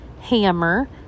Hammer